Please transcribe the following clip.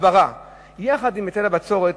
הסברה עם היטל הבצורת,